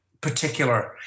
particular